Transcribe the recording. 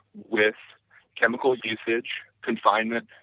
with chemical usage, confinement,